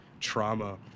trauma